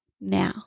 now